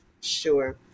Sure